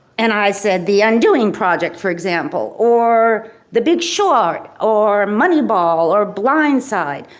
and i said the undoing project for example or the big short or money ball or blind side.